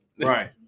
Right